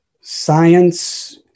Science